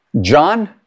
John